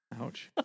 Ouch